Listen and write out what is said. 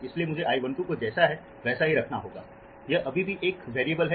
इसलिए मुझे I 1 2 को जैसा है वैसा ही रखना होगा यह अभी भी एक चर है